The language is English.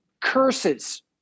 curses